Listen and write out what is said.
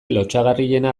lotsagarriena